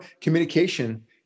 communication